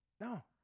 No